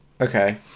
okay